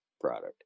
product